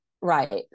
right